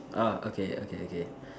orh okay okay okay